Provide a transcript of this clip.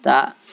ता